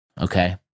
Okay